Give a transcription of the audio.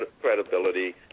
credibility